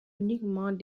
uniquement